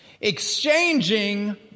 Exchanging